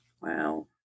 Wow